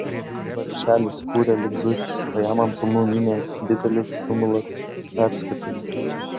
vargšelis kūrė lyg zuikis o jam ant kulnų mynė didelis tumulas persekiotojų